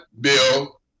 bill